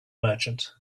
merchant